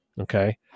okay